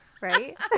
Right